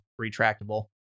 retractable